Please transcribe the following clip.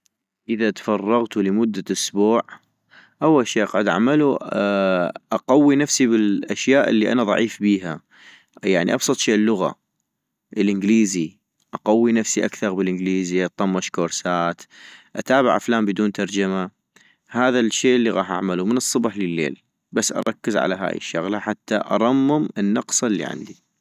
اذا تفرغتو لمدة اسبوع - اول شي اقعد اعملو اقوي نفسي بالاشياء الي انا ضعيف بيها ، يعني ابسط شي اللغة، الانكليزي اقوي نفسي اكثغ بالانكليزي، اطمش كورسات، اتابع افلام بدون ترجمة ، هذا الشي الي غاح اعملو من الصبح لي الليل، بس اركز على هاي الشغلة حتى ارمم النقص الي عندي